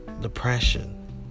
depression